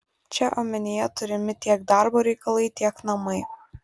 čia omenyje turimi tiek darbo reikalai tiek namai